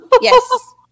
Yes